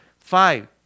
Five